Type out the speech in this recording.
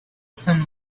sun